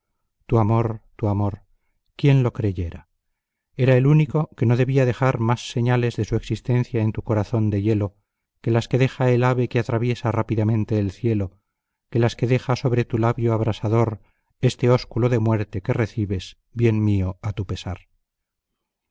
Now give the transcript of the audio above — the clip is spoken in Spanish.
tu amor tu amor quién lo creyera era el único que no debía dejar más señales de su existencia en tu corazón de hielo que las que deja el ave que atraviesa rápidamente el cielo que las que deja sobre tu labio abrasador este ósculo de muerte que recibes bien mío a tu pesar